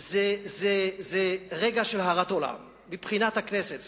זה רגע של הרת עולם מבחינת הכנסת,